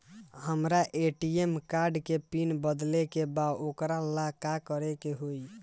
हमरा ATM card के pin बदले के बा वोकरा ला का करे के होई?